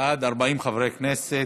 הצעה לסדר-היום.